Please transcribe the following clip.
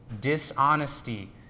dishonesty